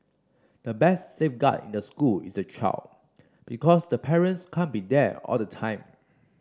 the best safeguard in the school is the child because the parents can't be there all the time